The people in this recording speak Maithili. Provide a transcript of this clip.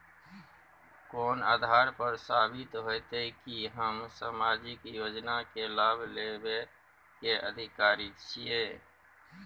कोन आधार पर साबित हेते की हम सामाजिक योजना के लाभ लेबे के अधिकारी छिये?